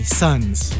son's